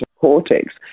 cortex